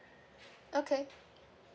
okay